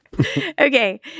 Okay